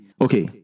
Okay